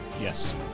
yes